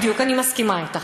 בדיוק, אני מסכימה אתך.